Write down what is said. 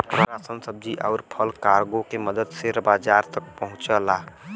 ration सब्जी आउर फल कार्गो के मदद से बाजार तक पहुंचला